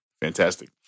fantastic